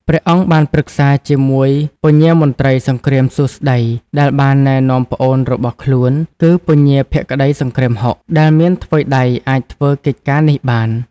ព្រះអង្គបានប្រឹក្សាជាមួយ ពញាមន្ត្រីសង្គ្រាមសួស្តី ដែលបានណែនាំប្អូនរបស់ខ្លួនគឺ ពញាភក្តីសង្គ្រាមហុក ដែលមានថ្វីដៃអាចធ្វើកិច្ចការនេះបាន។